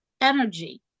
energy